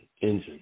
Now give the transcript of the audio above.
engine